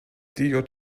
djh